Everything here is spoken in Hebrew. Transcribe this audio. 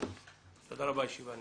הישיבה נעולה.